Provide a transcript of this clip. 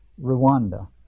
Rwanda